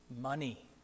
money